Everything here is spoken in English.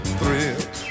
thrill